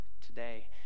today